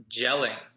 gelling